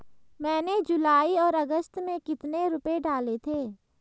मैंने जुलाई और अगस्त में कितने रुपये डाले थे?